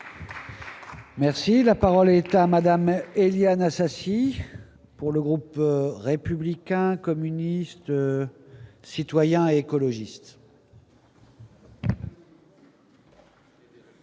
Merci, la parole est à Madame Éliane Assassi pour le groupe républicain communistes, citoyens écologistes.